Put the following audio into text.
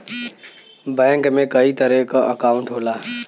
bank में कई तरे क अंकाउट होला